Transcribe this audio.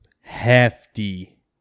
hefty